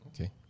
Okay